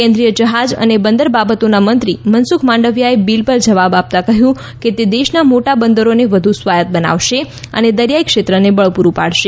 કેન્દ્રીય જહાજ અને બંદર બાબતોના મંત્રી મનસુખ માંડવીયાએ બિલ પર જવાબ આપતાં કહ્યું કે તે દેશના મોટા બંદરોને વધુ સ્વાયત્ત બનાવશે અને દરિયાઇ ક્ષેત્રને બળ પૂરું પાડશે